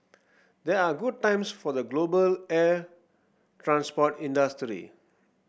there are good times for the global air transport industry